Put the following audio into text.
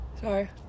Sorry